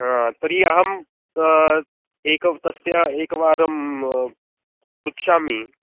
हा तर्हि अहम् एकं तस्याः एकवारं प्रक्ष्यामि